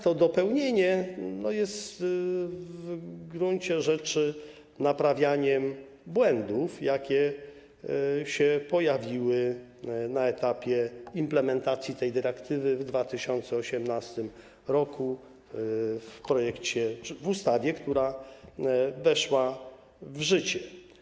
To dopełnienie jest w gruncie rzeczy naprawianiem błędów, jakie się pojawiły na etapie implementacji tej dyrektywy w 2018 r. w ustawie, która weszła w życie.